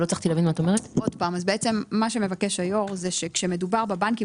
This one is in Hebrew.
היו"ר מבקש שכאשר מדובר בבנקים,